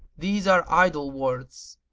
these are idle words.